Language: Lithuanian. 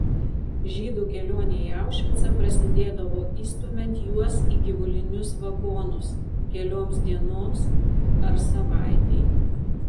žydų kelionė į aušvicą prasidėdavo įstumiant juos į gyvulinius vagonus kelioms dienoms ar savaitei